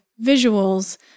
visuals